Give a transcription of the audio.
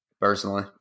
personally